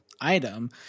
item